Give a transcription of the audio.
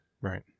right